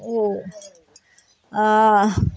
ओ आओर